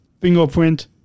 fingerprint